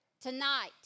tonight